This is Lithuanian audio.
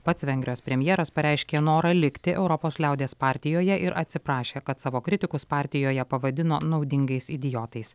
pats vengrijos premjeras pareiškė norą likti europos liaudies partijoje ir atsiprašė kad savo kritikus partijoje pavadino naudingais idiotais